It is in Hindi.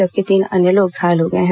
जबकि तीन अन्य लोग घायल हो गए हैं